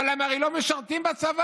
אבל הם הרי לא משרתים בצבא.